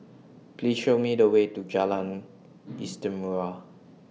Please Show Me The Way to Jalan Istimewa